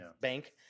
bank